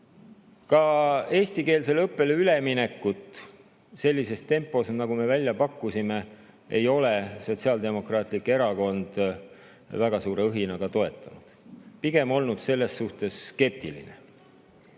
Ka eestikeelsele õppele üleminekut sellises tempos, nagu me välja pakkusime, ei ole Sotsiaaldemokraatlik Erakond väga suure õhinaga toetanud, pigem on ta olnud selles suhtes skeptiline. See,